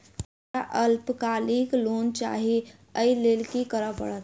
हमरा अल्पकालिक लोन चाहि अई केँ लेल की करऽ पड़त?